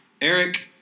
Eric